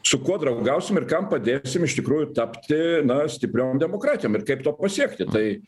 su kuo draugausim ir kam padėsim iš tikrųjų tapti na stipriom demokratijom ir kaip to pasiekti tai